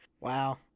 Wow